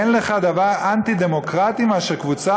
אין לך דבר אנטי-דמוקרטי יותר מאשר קבוצה